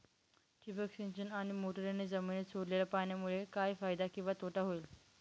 ठिबक सिंचन आणि मोटरीने जमिनीत सोडलेल्या पाण्यामुळे काय फायदा किंवा तोटा होईल?